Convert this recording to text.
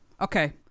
okay